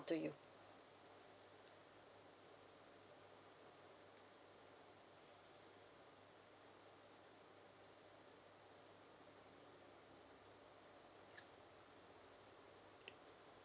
to you